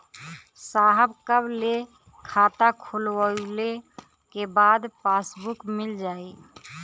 साहब कब ले खाता खोलवाइले के बाद पासबुक मिल जाई?